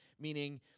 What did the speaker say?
Meaning